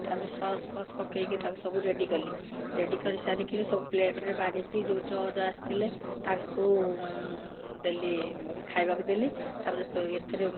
ତା'ପରେ ସସ୍ ଫସ୍ ପକାଇକି ତାକୁ ସବୁ ରେଡ଼ି କଲି ରେଡ଼ି କରିସାରିକରି ସବୁ ପ୍ଲେଟ୍ରେ ବାଢ଼ିକିରି ଯେଉଁ ଜଜ୍ ଆସିଥିଲେ ତାଙ୍କୁ ଦେଲି ଖାଇବାକୁ ଦେଲି ତା'ପରେ ଏଥିରେ